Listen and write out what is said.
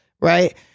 right